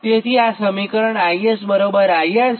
તેથી આ સમીકરણ IS IR છે